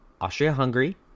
austria-hungary